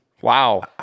Wow